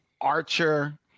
Archer